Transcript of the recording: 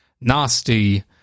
nasty